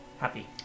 happy